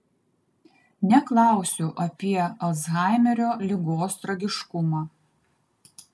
neklausiu apie alzhaimerio ligos tragiškumą